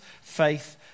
faith